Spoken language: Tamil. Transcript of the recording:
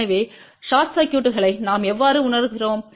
எனவேஷார்ட் சர்க்யூட்களை நாம் எவ்வாறு உணருகிறோம்